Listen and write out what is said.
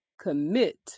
commit